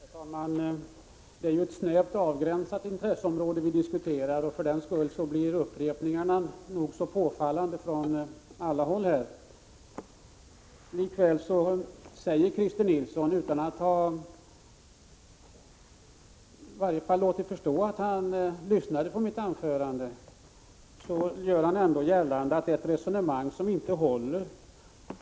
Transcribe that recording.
Herr talman! Det är ett snävt avgränsat intresseområde vi diskuterar, och för den skull blir upprepningarna nog så påfallande från alla håll. Christer Nilsson gör gällande, utan att ha låtit förstå att han lyssnat på mitt anförande, att jag för ett resonemang som inte håller.